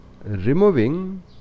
removing